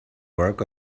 work